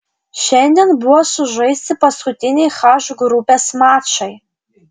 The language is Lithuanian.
šiandien buvo sužaisti paskutiniai h grupės mačai